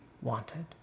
wanted